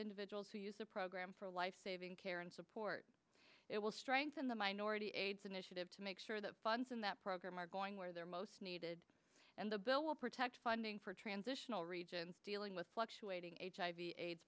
individuals who use a program for life saving care and support it will strengthen the minority aids initiative to make sure the funds in that program are going where they're most needed and the bill will protect funding for transitional regions dealing with fluctuating hiv aids